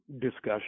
discussion